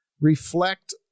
reflect